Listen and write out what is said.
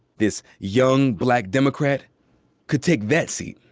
this young black democrat could take that seat.